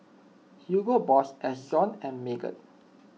Hugo Boss Ezion and Megan